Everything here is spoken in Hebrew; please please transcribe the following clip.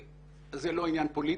לא עניין פוליטי,